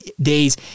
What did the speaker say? days